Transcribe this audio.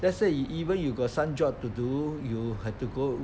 let's say you even if you got some job to do you have to go